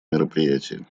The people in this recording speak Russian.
мероприятии